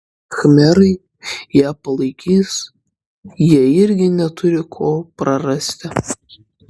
khmerai ją palaikys jie irgi neturi ko prarasti